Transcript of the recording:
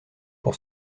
pour